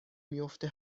میفته